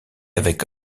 avec